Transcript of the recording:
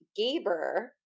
Gaber